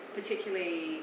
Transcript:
Particularly